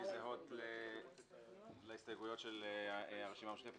זהות להסתייגויות של הרשימה המשותפת,